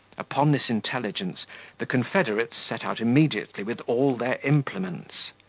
upon this intelligence the confederates set out immediately with all their implements.